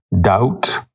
doubt